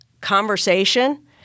conversation